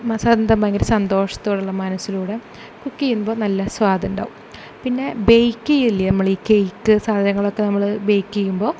സ്വന്തം ഭയങ്കര സന്തോഷത്തോടെയുള്ള മനസ്സിലൂടെ കുക്ക് ചെയ്യുമ്പോൾ നല്ല സ്വാദുണ്ടാവും പിന്നെ ബേക്ക് ചെയ്യില്ലേ നമ്മൾ ഈ കേക്ക് സാധനങ്ങളൊക്ക നമ്മൾ ബേക്ക് ചെയ്യുമ്പോൾ